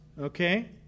okay